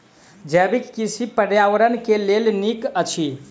जैविक कृषि पर्यावरण के लेल नीक अछि